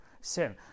sin